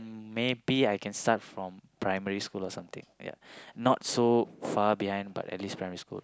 maybe I can from primary school or something ya not so far behind but at least primary school